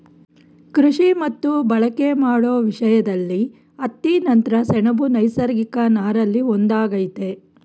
ಕೃಷಿ ಮತ್ತು ಬಳಕೆ ಮಾಡೋ ವಿಷಯ್ದಲ್ಲಿ ಹತ್ತಿ ನಂತ್ರ ಸೆಣಬು ನೈಸರ್ಗಿಕ ನಾರಲ್ಲಿ ಒಂದಾಗಯ್ತೆ